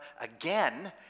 again